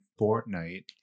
Fortnite